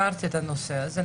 ביררתי את הנושא הזה.